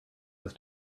was